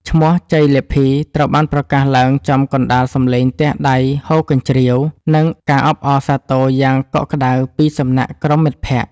ឈ្មោះជ័យលាភីត្រូវបានប្រកាសឡើងចំកណ្ដាលសំឡេងទះដៃហ៊ោកញ្ជ្រៀវ និងការអបអរសាទរយ៉ាងកក់ក្ដៅពីសំណាក់ក្រុមមិត្តភក្តិ។